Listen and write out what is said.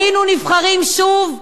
היינו נבחרים שוב,